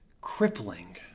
crippling